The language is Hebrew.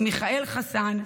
מיכאל חסן,